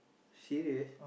serious